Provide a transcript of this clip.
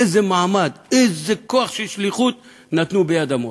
איזה מעמד, איזה כוח של שליחות נתנו ביד המורה,